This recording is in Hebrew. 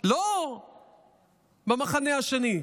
לא במחנה השני,